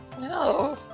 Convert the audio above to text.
No